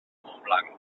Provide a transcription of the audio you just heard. montblanc